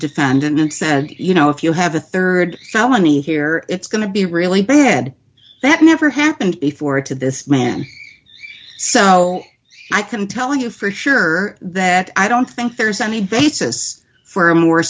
defendant said you know if you have a rd felony here it's going to be really bad that never happened before to this man so i can tell you for sure that i don't think there's any basis for a more